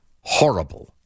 horrible